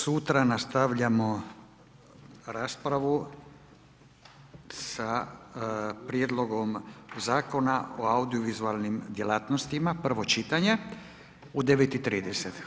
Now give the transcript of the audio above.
Sutra nastavljamo raspravu sa Prijedlogom zakona o audio-vizualnim djelatnosti, prvo čitanje, u 9,30.